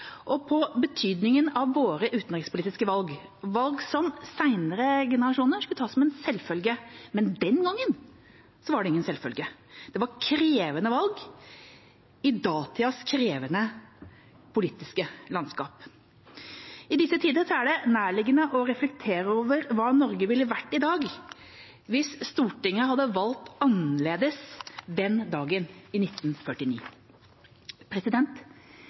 og på betydningen av våre utenrikspolitiske valg – valg som senere generasjoner skulle ta som en selvfølge, men den gang var det ingen selvfølge. Det var krevende valg i datidas krevende politiske landskap. I disse tider er det nærliggende å reflektere over hva Norge ville vært i dag hvis Stortinget hadde valgt annerledes den dagen i 1949.